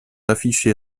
affichés